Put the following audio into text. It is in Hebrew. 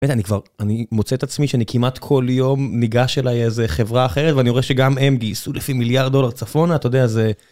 אני כבר, אני מוצא את עצמי שאני כמעט כל יום ניגש אליי איזו חברה אחרת, ואני רואה שגם הם גייסו לפי מיליארד דולר צפונה, אתה יודע, זה...